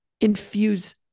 infuse